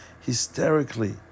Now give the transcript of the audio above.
hysterically